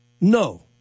No